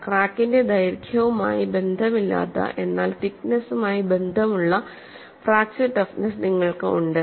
ക്രാക്കിന്റെ ദൈർഘ്യവുമായി ബന്ധമില്ലാത്ത എന്നാൽ തിക്നെസുമായി ബന്ധം ഉള്ള ഫ്രാക്ച്ചർ ടഫ്നെസ്സ് നിങ്ങൾക്ക് ഉണ്ട്